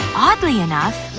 oddly enough,